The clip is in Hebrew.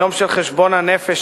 יום של חשבון הנפש,